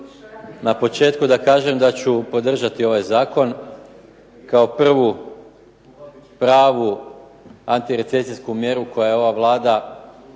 na početku da kažem da ću podržati ovaj zakon kao prvu pravu antirecesijsku mjeru koju je ova Vlada,